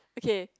okay